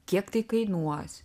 kiek tai kainuos